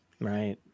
Right